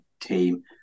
team